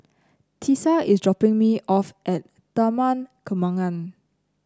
Tisa is dropping me off at Taman Kembangan